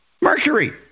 Mercury